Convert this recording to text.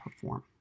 perform